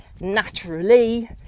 Naturally